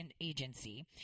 agency